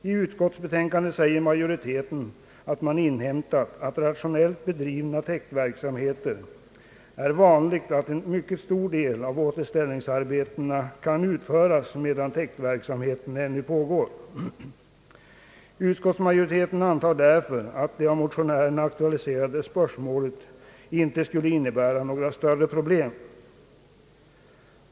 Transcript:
I utskottsbetänkandet säger majoriteten att man inhämtat att det vid rationellt bedriven täktverksamhet är vanligt att en mycket stor del av återställningsarbetena kan utföras medan täktverksamheten ännu pågår. Utskottsmajoriteten antar därför att det av motionärerna aktualiserade spörsmålet inte skulle innebära några större problem.